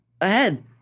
ahead